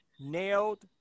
nailed